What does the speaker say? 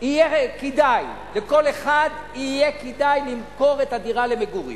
יהיה כדאי לכל אחד למכור את הדירה למגורים.